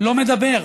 לא מדבר.